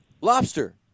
Lobster